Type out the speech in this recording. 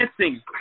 dancing